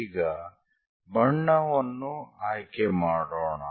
ಈಗ ಬಣ್ಣವನ್ನು ಆಯ್ಕೆ ಮಾಡೋಣ